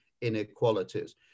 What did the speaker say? inequalities